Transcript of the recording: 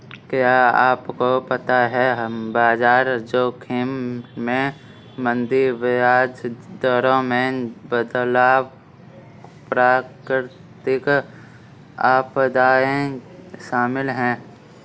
क्या आपको पता है बाजार जोखिम में मंदी, ब्याज दरों में बदलाव, प्राकृतिक आपदाएं शामिल हैं?